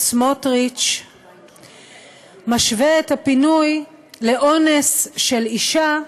סמוטריץ משווה את הפינוי לאונס של אישה,